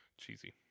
cheesy